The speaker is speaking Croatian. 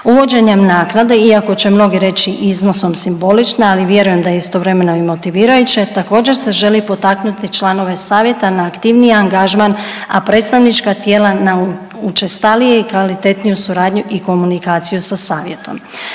Uvođenjem naknade iako će mnogi reći iznosom simbolična, ali vjerujem da je istovremeno i motivirajuće također se želi potaknuti članove Savjeta na aktivniji angažman, a predstavnička tijela na učestalije i kvalitetniju suradnju i komunikaciju sa savjetom.